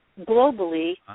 globally